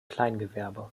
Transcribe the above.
kleingewerbe